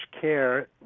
care